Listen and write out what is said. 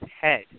head